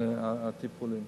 נכנסו לטיפולים,